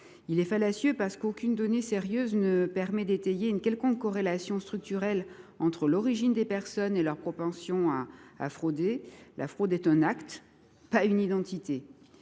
est fallacieux, parce qu’aucune donnée sérieuse ne permet d’étayer une quelconque corrélation structurelle entre l’origine des personnes et leur propension à frauder. La fraude est un acte, pas une identité.